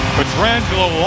Petrangelo